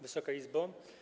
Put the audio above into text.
Wysoka Izbo!